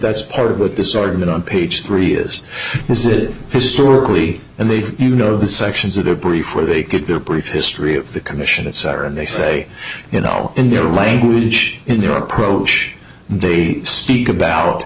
that's part of what this argument on page three is is it historically and they've you know the sections of their brief where they could their brief history of the commission etc and they say you know in their language in your approach they speak about